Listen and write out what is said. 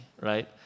right